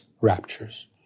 raptures